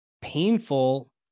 painful